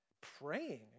praying